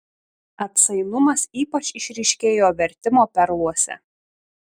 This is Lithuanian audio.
atsainumas ypač išryškėjo vertimo perluose